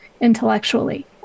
intellectually